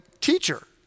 teacher